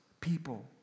people